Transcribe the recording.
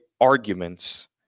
arguments